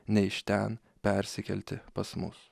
nei iš ten persikelti pas mus